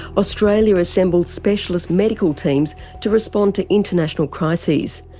australia assembled specialist medical teams to respond to international crises.